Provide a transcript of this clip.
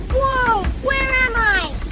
whoa, where am i?